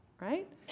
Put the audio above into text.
right